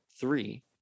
three